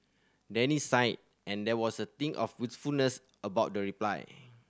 Danny sighed and there was a tinge of wistfulness about the reply